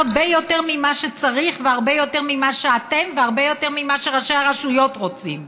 הרבה יותר ממה צריך והרבה יותר ממה שאתם והרבה ראשי הרשויות רוצים.